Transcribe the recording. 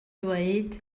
dweud